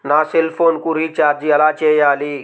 నా సెల్ఫోన్కు రీచార్జ్ ఎలా చేయాలి?